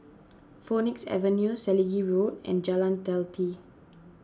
Phoenix Avenue Selegie Road and Jalan Teliti